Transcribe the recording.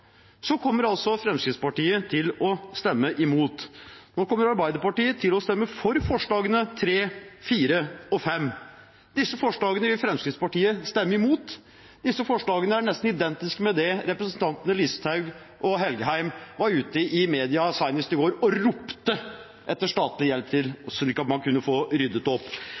kommer altså Fremskrittspartiet til å stemme imot. Arbeiderpartiet kommer til å stemme for forslagene nr. 3, 4 og 5. Disse forslagene vil Fremskrittspartiet stemme imot. Forslagene er nesten identiske med det representantene Listhaug og Engen-Helgheim senest i går var ute i media og ropte etter statlig hjelp til, slik at man kunne få ryddet opp.